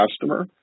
customer